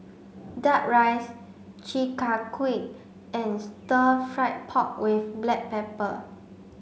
duck rice Chi Kak Kuih and stir fried pork with black pepper